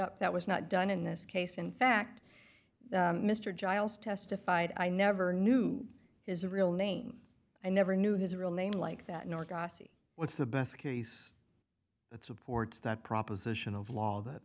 up that was not done in this case in fact mr giles testified i never knew his real name i never knew his real name like that nor gossipy what's the best case that supports that proposition of law that